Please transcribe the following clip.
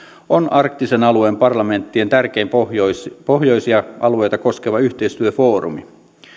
on arktisen alueen parlamenttien tärkein pohjoisia alueita koskeva yhteistyöfoorumi